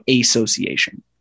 association